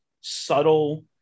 subtle